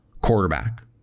quarterback